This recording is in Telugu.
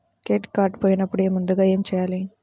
క్రెడిట్ కార్డ్ పోయినపుడు ముందుగా ఏమి చేయాలి?